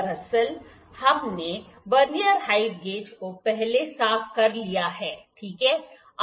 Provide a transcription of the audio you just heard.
दरअसल हमने vernier height gauge को पहले साफ कर लिया है ठीक है